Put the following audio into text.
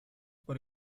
por